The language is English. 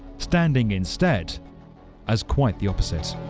standing instead as quite the opposite.